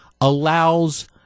allows